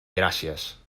gràcies